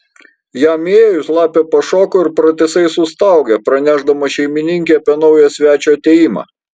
jam įėjus lapė pašoko ir pratisai sustaugė pranešdama šeimininkei apie naujo svečio atėjimą